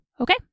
Okay